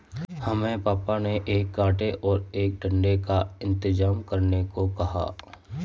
हमें पापा ने एक कांटे और एक डंडे का इंतजाम करने को कहा है